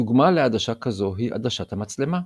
דוגמה לעדשה כזו היא עדשת המצלמה.